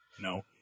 No